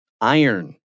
Iron